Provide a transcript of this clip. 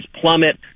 plummet